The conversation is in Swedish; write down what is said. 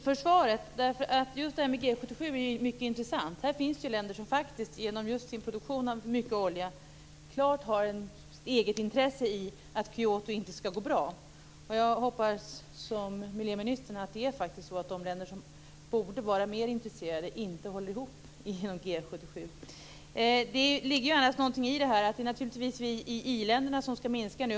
Fru talman! Jag tackar så mycket för svaret. Just det här med G 77 är mycket intressant. Här finns det ju länder som faktiskt just genom sin produktion av mycket olja har ett klart egenintresse av att Kyoto inte skall gå bra. Jag hoppas precis som miljöministern att dessa länder, som faktiskt borde vara mer intresserade, inte håller ihop inom G 77. Det ligger annars något i att det naturligtvis är vi i i-länderna som skall minska nu.